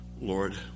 Lord